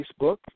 Facebook